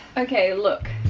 okay, look.